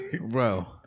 bro